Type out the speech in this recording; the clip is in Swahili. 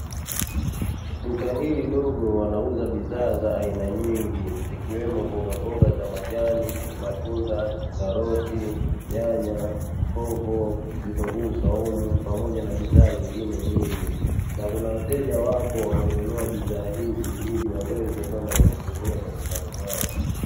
Duka hili dogo wanauza bidhaa za aina nyingi zikiwemo mbogamboga za majani, matunda, karoti, nyanya, hoho, vitunguu swaumu pamoja na bidhaa zingine nyingi na kuna wateja wapo wananunua bidhaa hizi ili waweze kwenda kuzitumia majumbani mwao.